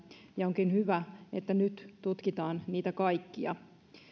ja onkin hyvä että nyt tutkitaan niitä kaikkia